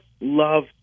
love